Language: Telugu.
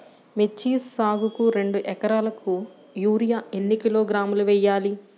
మిర్చి సాగుకు రెండు ఏకరాలకు యూరియా ఏన్ని కిలోగ్రాములు వేయాలి?